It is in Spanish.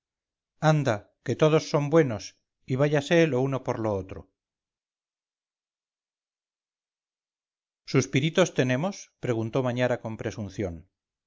anda que todos son buenos y váyase lo uno por lo otro suspiritos tenemos preguntó mañara con presunción